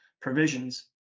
provisions